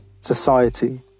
society